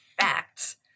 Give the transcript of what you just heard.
facts